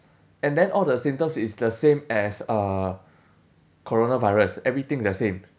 and then all the symptoms is the same as uh coronavirus everything is the same